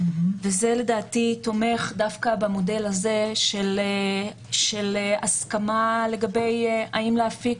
וזה לדעתי תומך דווקא במודל הזה של הסכמה האם להפיק